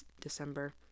December